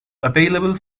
available